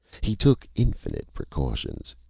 he took infinite precautions.